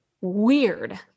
Weird